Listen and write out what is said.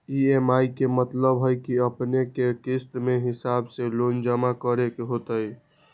EMI के मतलब है कि अपने के किस्त के हिसाब से लोन जमा करे के होतेई?